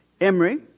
Emery